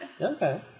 Okay